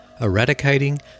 Eradicating